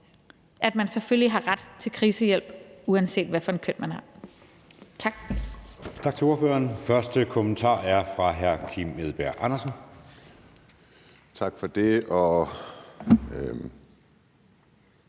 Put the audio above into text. at man selvfølgelig har ret til krisehjælp, uanset hvad for et køn man har. Tak.